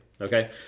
okay